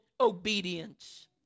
obedience